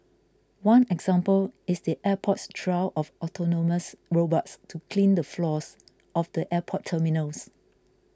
one example is the airport's trial of autonomous robots to clean the floors of the airport terminals